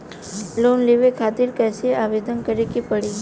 Loan लेवे खातिर कइसे आवेदन करें के पड़ी?